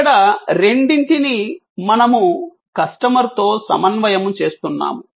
ఇక్కడ రెండిటిని మనము కస్టమర్తో సమన్వయము చేస్తున్నాము